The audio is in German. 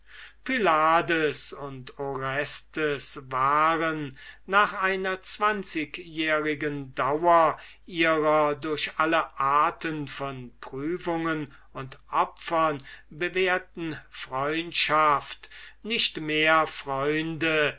pylades und orestes waren nach einer zwanzigjährigen dauer ihrer durch alle arten von prüfungen und opfern bewährten freundschaft nicht mehr freunde